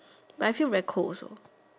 but I feel very cold also